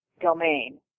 domain